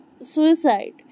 suicide